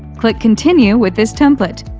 click continue with this template.